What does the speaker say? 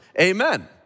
Amen